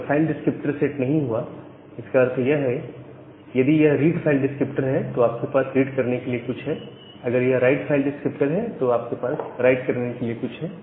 अगर file descriptor set नहीं हुआ है इसका अर्थ यह है यदि यह रीड फाइल डिस्क्रिप्टर है तो आपके पास रीड करने के लिए कुछ है या अगर यह राइट फाइल डिस्क्रिप्टर है तो आपके पास राइट करने के लिए कुछ है